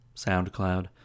SoundCloud